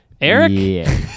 Eric